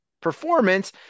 performance